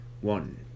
One